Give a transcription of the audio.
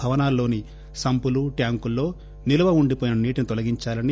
భవనాల్లోని సంపులు ట్యాంకుల్లో నిల్వ ఉండిపోయిన నీటిని తొలిగించాలని